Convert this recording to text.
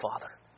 Father